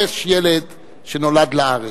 יש ילד שנולד בארץ,